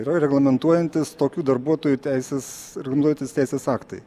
yra reglamentuojantys tokių darbuotojų teisės naudotis teisės aktai